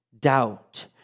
doubt